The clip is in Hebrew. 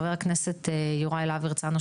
חבר הכנסת יוראי להב הרצנו,